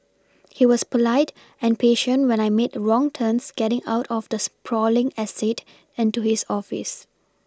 he was polite and patient when I made wrong turns getting out of the sprawling estate and to his office